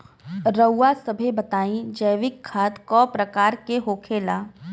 रउआ सभे बताई जैविक खाद क प्रकार के होखेला?